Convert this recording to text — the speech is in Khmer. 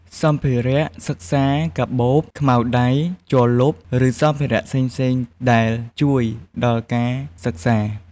សម្ភារៈសិក្សា កាបូប ខ្មៅដៃ ជ័រលុប ឬសម្ភារៈផ្សេងៗដែលជួយដល់ការសិក្សា។